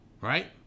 Right